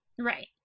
right